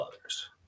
others